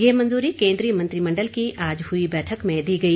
ये मंजूरी केन्द्रीय मंत्रिमण्डल की आज हुई बैठक में दी गई